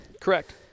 Correct